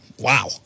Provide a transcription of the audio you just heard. wow